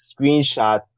screenshots